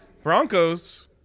Broncos